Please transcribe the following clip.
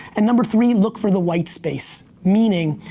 and number three, look for the white space. meaning,